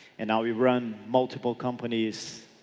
and now we run multiple companies.